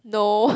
no